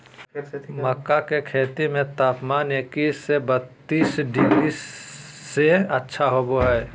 मक्का के खेती में तापमान इक्कीस से बत्तीस डिग्री सबसे अच्छा होबो हइ